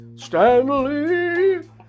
Stanley